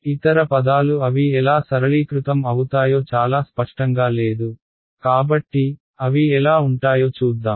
ఇతర పదాలు అవి ఎలా సరళీకృతం అవుతాయో చాలా స్పష్టంగా లేదు కాబట్టి అవి ఎలా ఉంటాయో చూద్దాం